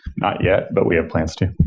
not yet, but we have plans to.